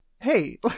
Hey